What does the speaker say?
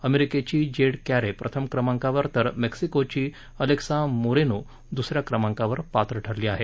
अमेरिकेची Jade Carey प्रथम क्रमांकावर तर मेक्सिकोची अलेक्सा मोरेनो द्स या क्रमांकावर पात्र ठरली आहे